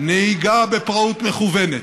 נהיגה בפראות מכוונת,